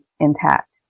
intact